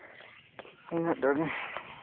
ᱤᱱᱟᱹᱜ ᱴᱟ ᱜᱮ